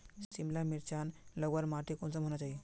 सिमला मिर्चान लगवार माटी कुंसम होना चही?